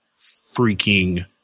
freaking